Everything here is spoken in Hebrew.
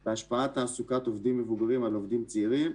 12. השפעת תעסוקת עובדים מבוגרים על עובדים צעירים.